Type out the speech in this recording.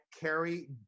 carry